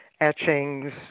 etchings